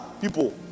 people